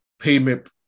payment